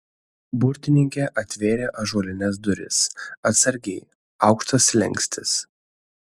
burtininkė atvėrė ąžuolines duris atsargiai aukštas slenkstis